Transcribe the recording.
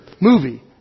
movie